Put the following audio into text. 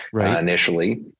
initially